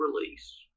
release